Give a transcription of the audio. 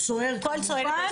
או סוהר כמובן,